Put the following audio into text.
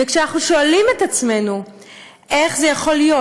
וכשאנחנו שואלים את עצמנו איך זה יכול להיות,